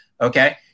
okay